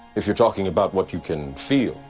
if you're talking about what you can feel,